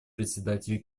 председателя